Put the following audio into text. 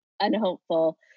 unhopeful